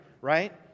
right